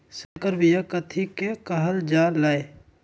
संकर बिया कथि के कहल जा लई?